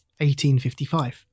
1855